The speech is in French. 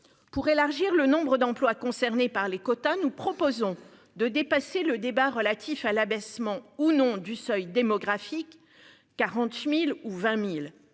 Pour élargir le nombre d'emplois concernés par les quotas. Nous proposons de dépasser le débat relatif à l'abaissement ou non du seuil démographique 40.000 ou 20.000.